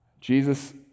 Jesus